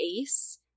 Ace